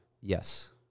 Yes